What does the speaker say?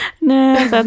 No